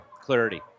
clarity